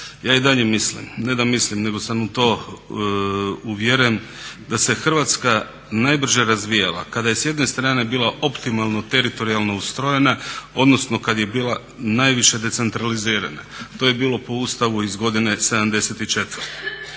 Ja i dalje mislim, ne da mislim nego sam u to uvjeren da se Hrvatska najbrže razvijala kada je s jedne strane bila optimalno teritorijalno ustrojena odnosno kada je bila najviše decentralizirana, to je bilo po Ustavu iz godine '74.